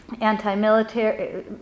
anti-military